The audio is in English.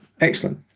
excellent